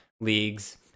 leagues